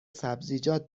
سبزیجات